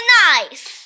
nice